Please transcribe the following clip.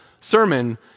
sermon